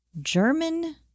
German